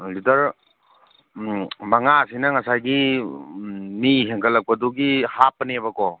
litre ꯃꯉꯥꯁꯤꯅ ꯉꯁꯥꯏꯒꯤ ꯃꯤ ꯍꯦꯟꯒꯠꯂꯛꯄꯗꯨꯒꯤ ꯍꯥꯞꯄꯅꯦꯕꯀꯣ